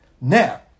Now